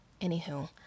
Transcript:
Anywho